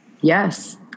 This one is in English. yes